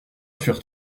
furent